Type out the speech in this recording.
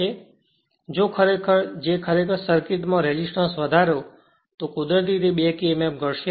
તેથી જો ખરેખર જે ખરેખર સર્કિટ માં રેઝિસ્ટન્સ વધારો તો તેથી કુદરતી રીતે બેક Emf ઘટશે